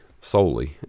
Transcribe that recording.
solely